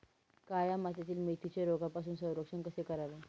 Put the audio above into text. काळ्या मातीतील मेथीचे रोगापासून संरक्षण कसे करावे?